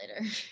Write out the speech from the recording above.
later